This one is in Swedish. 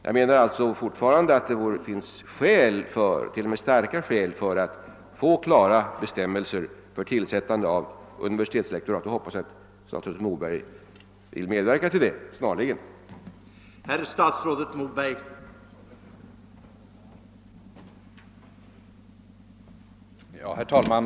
Jag menar alltså fortfarande att det finns starka skäl för att klara bestämmelser ges för tillsättande av universitetslektorat, och jag hoppas att statsrådet Moberg medverkar till att sådana med det snaraste utfärdas.